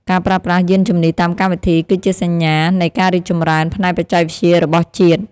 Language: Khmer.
ការប្រើប្រាស់យានជំនិះតាមកម្មវិធី គឺជាសញ្ញានៃការរីកចម្រើនផ្នែកបច្ចេកវិទ្យារបស់ជាតិ។